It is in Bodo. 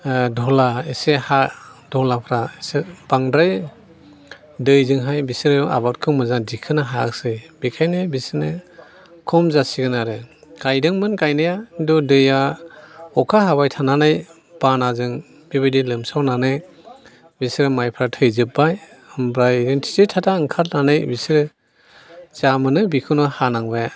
दलहा एसे हा दलहाफ्रा एसे बांद्राय दैजोंहाय बिसोरो आबादखौ मोजां दिखोनो हायाखिसै बेखायनो बिसोनो खम जासिगोन आरो गायदोंमोन गायनाया खिन्थु दैआ अखा हाबाय थानानै बानाजों बिबादि लोमसावनानै बेसोर माइफ्रा थैजोब्बाय ओमफ्राय थि थि था था ओंखारनानै बिसोर जा मोनो बेखौनो हानांबाय